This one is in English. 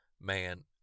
Man